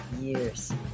years